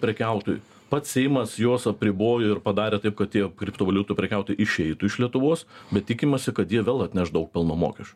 prekiautojų pats seimas juos apribojo ir padarė taip kad jie kriptovaliutų prekiautojai išeitų iš lietuvos bet tikimasi kad jie vėl atneš daug pelno mokesčio